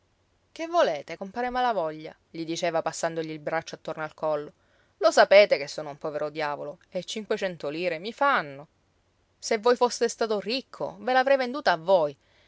che volete compare malavoglia gli diceva passandogli il braccio attorno al collo lo sapete che sono un povero diavolo e cinquecento lire mi fanno se voi foste stato ricco ve l'avrei venduta a voi